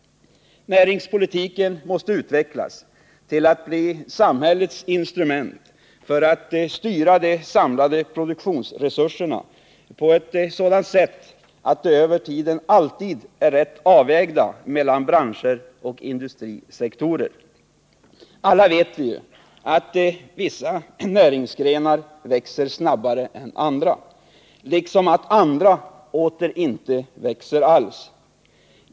Näringspolitiken måste utvecklas till att bli samhällets instrument för att styra de samlade produktionsresurserna på ett sådant sätt att de över tiden alltid är rätt avvägda mellan branscher och industrisektorer. Alla vet vi ju att vissa näringsgrenar växer snabbare än andra, liksom att andra åter inte växer alls.